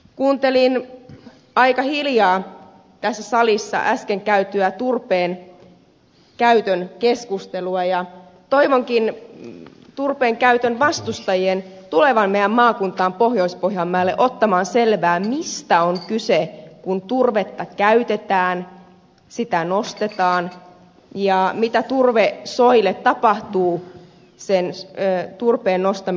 kuuntelin aika hiljaa tässä salissa äsken käytyä turpeenkäytön keskustelua ja toivonkin turpeenkäytön vastustajien tulevan meidän maakuntaan pohjois pohjanmaalle ottamaan selvää mistä on kyse kun turvetta käytetään sitä nostetaan ja mitä turvesoille tapahtuu turpeen nostamisen jälkeen